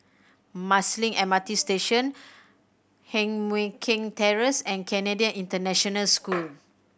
Marsiling M R T Station Heng Mui Keng Terrace and Canadian International School